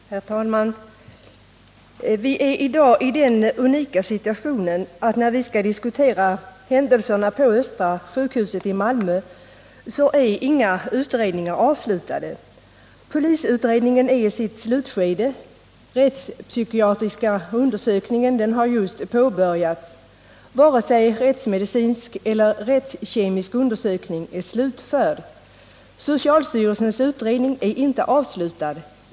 Herr talman! Vi är i dag i den unika situationen att när vi skall diskutera händelserna på Östra sjukhuset i Malmö, så är inga utredningar avslutade. Polisutredningen är i sitt slutskede. Rättspsykiatriska undersökningen har just påbörjats. Varken rättsmedicinsk eller rättskemisk undersökning är slutförd. Socialstyrelsens utredning är inte avslutad.